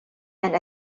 and